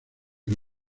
que